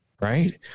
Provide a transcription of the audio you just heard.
Right